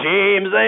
James